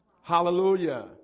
Hallelujah